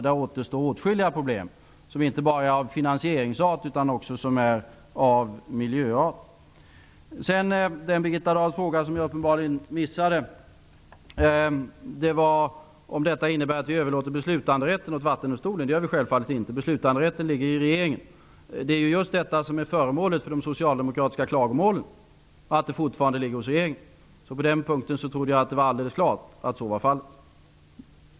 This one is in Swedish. Där återstår åtskilliga problem som är inte bara av finansieringsart utan också av miljöart. Sedan till en fråga från Birgitta Dahl som jag uppenbarligen missade. Birgitta Dahl frågade om detta innebär att vi överlåter beslutanderätten på Vattendomstolen. Det gör vi självfallet inte. Beslutanderätten ligger hos regeringen. Föremål för de socialdemokratiska klagomålen är ju just att det ansvaret fortfarande ligger hos regeringen -- på den punkten trodde jag att det var alldeles klart att så var fallet.